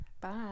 Bye